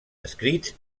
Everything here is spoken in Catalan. escrits